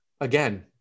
Again